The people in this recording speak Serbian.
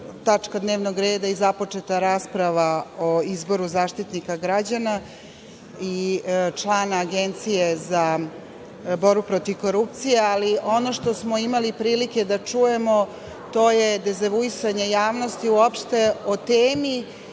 tačka dnevnog reda i započeta rasprava o izboru Zaštitnika građana i člana Agencije za borbu protiv korupcije. Ono što smo imali prilike da čujemo to je dezavuisanje javnosti uopšte o temi